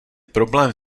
problém